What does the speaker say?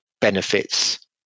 benefits